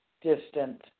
distant